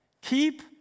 Keep